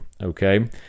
okay